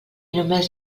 només